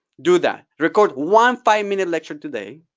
do that. record one five-minute lecture today.